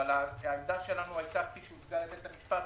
אבל העמדה שלנו הייתה כפי שהיא הוצגה לבית המשפט,